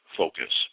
focus